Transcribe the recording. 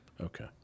Okay